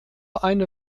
eine